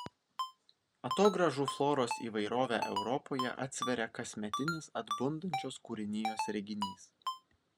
atogrąžų floros įvairovę europoje atsveria kasmetinis atbundančios kūrinijos reginys